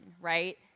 right